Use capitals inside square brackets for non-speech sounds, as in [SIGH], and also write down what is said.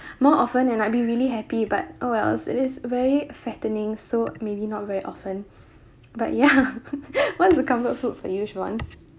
more often and I'd be really happy but oh well it is very fattening so maybe not very often but ya [LAUGHS] what's a comfort food for you chivonne